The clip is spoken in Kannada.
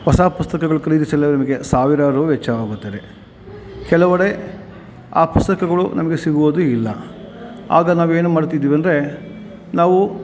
ಹೊಸ ಪುಸ್ತಕಗಳು ಖರೀದಿಸಲು ನಮಗೆ ಸಾವಿರಾರು ವೆಚ್ಚವಾಗುತ್ತದೆ ಕೆಲವೆಡೆ ಆ ಪುಸ್ತಕಗಳು ನಮಗೆ ಸಿಗುವುದೂ ಇಲ್ಲ ಆಗ ನಾವು ಏನು ಮಾಡ್ತಿದ್ವಿ ಅಂದರೆ ನಾವು